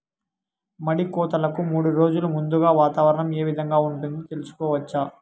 మడి కోతలకు మూడు రోజులు ముందుగా వాతావరణం ఏ విధంగా ఉంటుంది, తెలుసుకోవచ్చా?